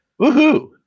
Woohoo